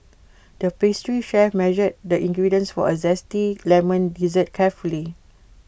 the pastry chef measured the ingredients for A Zesty Lemon Dessert carefully